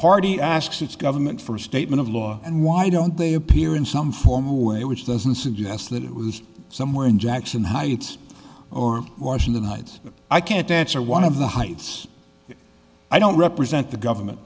party asks its government for a statement of law and why don't they appear in some formal way which doesn't suggest that it was somewhere in jackson heights or washington heights i can't answer one of the heights i don't represent the government